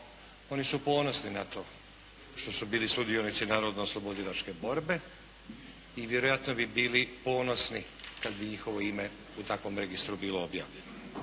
Oni su ponosni na to što su bili sudionici Narodnooslobodilačke borbe i vjerojatno bi bili ponosni kada bi njihovo ime u takvom registru bilo objavljeno.